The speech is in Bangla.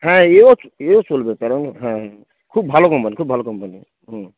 হ্যাঁ এও এও চলবে কারণ হ্যাঁ হ্যাঁ খুব ভালো কোম্পানি খুব ভালো কোম্পানি হুম